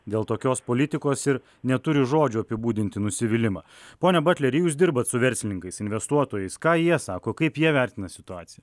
dėl tokios politikos ir neturi žodžių apibūdinti nusivylimą pone butleri jūs dirbat su verslininkais investuotojais ką jie sako kaip jie vertina situaciją